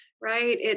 right